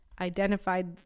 identified